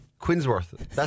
Quinsworth